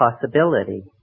possibility